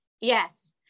yes